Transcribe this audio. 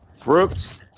Brooks